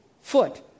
foot